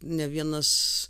ne vienas